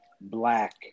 black